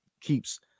keeps